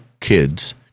kids